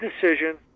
decision